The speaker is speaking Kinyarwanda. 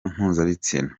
mpuzabitsina